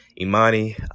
Imani